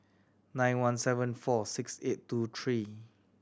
nine one seven four six eight two three